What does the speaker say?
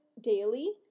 daily